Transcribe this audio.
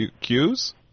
cues